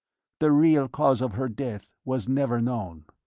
the real cause of her death was never known,